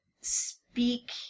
speak